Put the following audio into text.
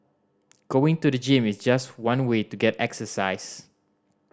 going to the gym is just one way to get exercise